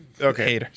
Okay